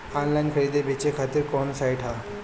Online खरीदे बेचे खातिर कवन साइड ह?